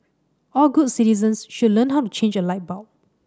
all good citizens should learn how to change a light bulb